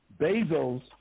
bezos